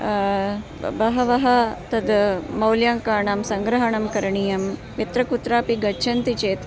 बहवः तत् मौल्याङ्काणां सङ्ग्रहणं करणीयं यत्र कुत्रापि गच्छन्ति चेत्